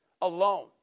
alone